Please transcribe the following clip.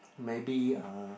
maybe um